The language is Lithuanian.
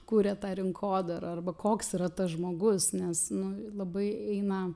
kūrė tą rinkodara arba koks yra tas žmogus nes nu labai eina